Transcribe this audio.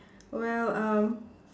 well um